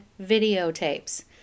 videotapes